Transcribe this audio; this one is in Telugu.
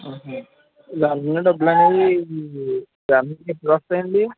డబ్బులనేవి ఎప్పుడొస్తాయండి